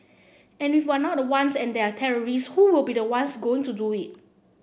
and if we're not the ones and there are terrorists who will be the ones going to do it